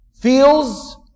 feels